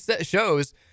shows